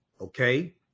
okay